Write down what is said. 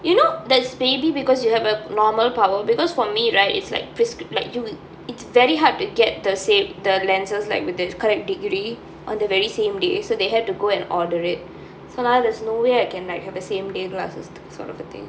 you know that's maybe because you have a normal power because for me right it's like prescrip~ like you it's very hard to get the same the lenses like with the correct degree on the very same day so they had to go and order it so now there's no way I can like have a same day glasses sort of a thing